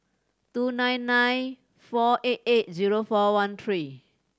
two nine nine four eight eight zero four one three